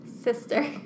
Sister